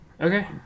Okay